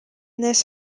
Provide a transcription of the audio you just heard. this